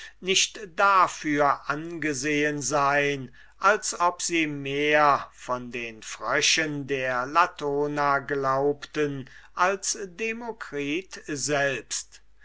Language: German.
nicht dafür angesehen sein als ob sie mehr von den fröschen der latona glaubten als demokritus selbst